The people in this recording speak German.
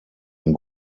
ein